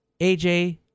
AJ